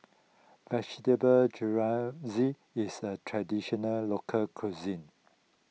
Vegetable Jalfrezi is a Traditional Local Cuisine